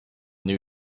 new